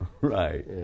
Right